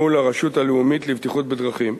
מול הרשות הלאומית לבטיחות בדרכים.